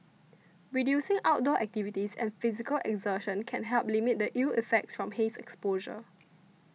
reducing outdoor activities and physical exertion can help limit the ill effects from haze exposure